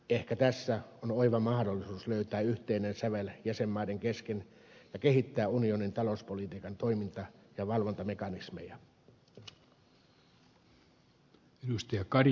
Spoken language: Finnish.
ehkä tässä on oiva mahdollisuus löytää yhteinen sävel jäsenmaiden kesken ja kehittää unionin talouspolitiikan toiminta ja valvontamekanismeja